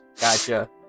Gotcha